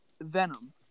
Venom